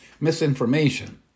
misinformation